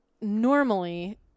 normally